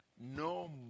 No